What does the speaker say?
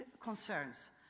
concerns